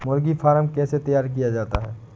मुर्गी फार्म कैसे तैयार किया जाता है?